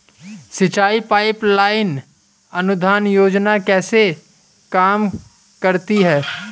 सिंचाई pipeline अनुदान योजना कैसे काम करती है?